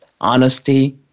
honesty